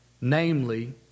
namely